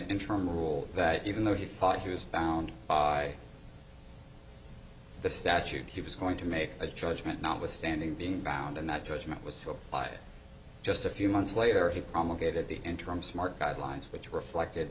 interim rule that even though he thought he was found by the statute he was going to make a judgment notwithstanding being bound and that judgment was to apply just a few months later he promulgated the interim smart guidelines which reflect